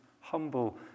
humble